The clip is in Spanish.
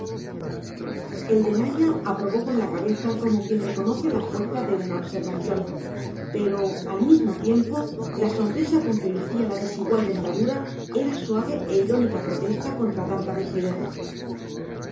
el de naya aprobó con la cabeza como quien reconoce la fuerza de una observación pero al mismo tiempo la sonrisa con que lucía la desigual dentadura era suave e irónica protesta contra tanta rigidez